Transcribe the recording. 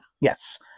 Yes